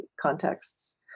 contexts